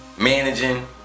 Managing